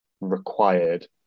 required